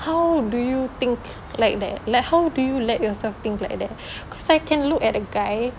how do you think like that like how do you let yourself think like that cause I can look at a guy